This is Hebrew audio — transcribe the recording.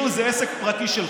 תמצא את הריקבון במקומות אחרים.